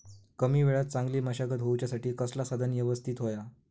कमी वेळात चांगली मशागत होऊच्यासाठी कसला साधन यवस्तित होया?